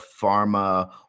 pharma